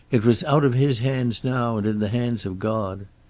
it was out of his hands now, and in the hands of god.